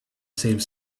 save